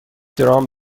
درام